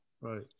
Right